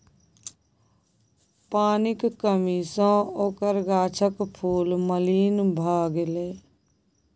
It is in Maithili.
पानिक कमी सँ ओकर गाछक फूल मलिन भए गेलै